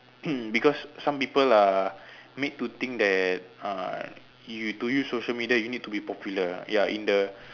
because some people are made to think that uh you to use social media you need to be popular ah in the